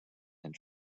and